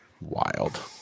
Wild